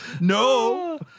no